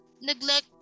neglect